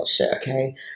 okay